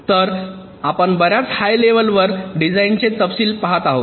तर आपण बर्याच हाय लेव्हलवर डिझाइनचे तपशील पहात आहोत